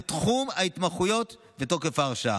תחום המומחיות ותוקף ההרשאה.